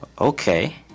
Okay